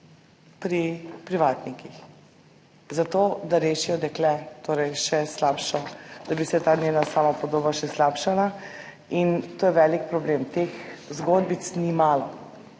pri privatnikih zato, da rešijo dekle, torej da bi se ta njena samopodoba še slabšala. To je velik problem. Teh zgodbic ni malo.